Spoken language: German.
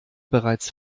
bereits